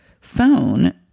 phone